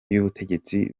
y’ubutegetsi